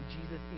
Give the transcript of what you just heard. Jesus